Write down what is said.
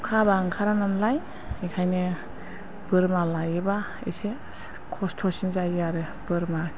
अखा हाब्ला ओंखारा नालाय बेखायनो बोरमा लायोब्ला एसे खस्थ'सिन जायो आरो बोरमा